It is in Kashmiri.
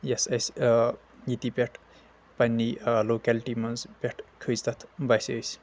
یۄس اسہِ ییٚتی پٮ۪ٹھ پننی لوکیلٹی منٛز پٮ۪ٹھ کھٔتۍ تتھ بسہِ أسۍ